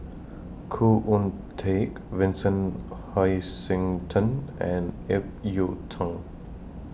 Khoo Oon Teik Vincent Hoisington and Ip Yiu Tung